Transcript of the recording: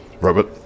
Robert